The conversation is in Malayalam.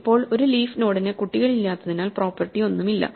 ഇപ്പോൾ ഒരു ലീഫ് നോഡിന് കുട്ടികളില്ലാത്തതിനാൽ പ്രോപ്പർട്ടി ഒന്നുമില്ല